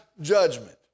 judgment